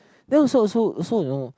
then also also also you know